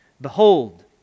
Behold